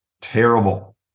Terrible